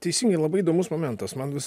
teisingai labai įdomus momentas man vis